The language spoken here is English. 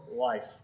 life